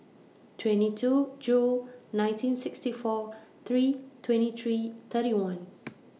twenty two June nineteen sixty four three twenty three thirty one